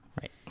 Right